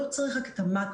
לא צריך רק את המקרו.